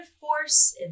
force